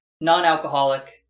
non-alcoholic